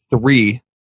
three